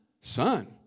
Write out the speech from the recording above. son